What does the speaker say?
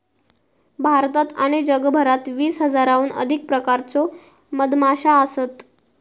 भारतात आणि जगभरात वीस हजाराहून अधिक प्रकारच्यो मधमाश्यो असत